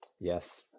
Yes